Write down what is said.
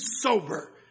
sober